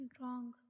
wrong